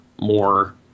more